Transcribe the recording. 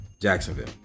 jacksonville